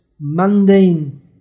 mundane